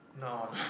No